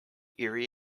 erie